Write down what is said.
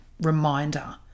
reminder